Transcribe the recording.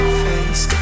face